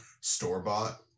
store-bought